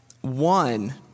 One